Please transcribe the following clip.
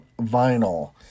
vinyl